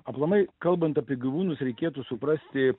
aplamai kalbant apie gyvūnus reikėtų suprasti